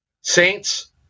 Saints